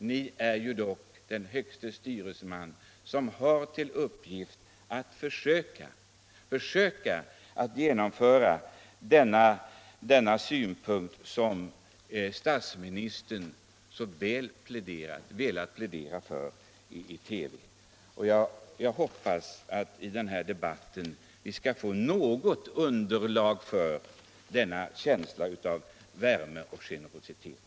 Ni är ju ändå högste styresman, herr statsråd, med uppgift att försöka genomföra detta mjuka samhälle, som statsministern pläderade för i TV; och då hoppas jag också att vi i denna debatt skall få något underlag för denna känsla av värme och generositet.